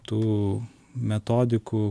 tų metodikų